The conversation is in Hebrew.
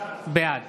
בעד